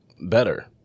better